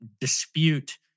dispute